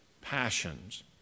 passions